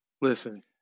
Listen